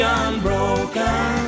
unbroken